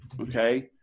Okay